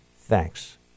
Thanks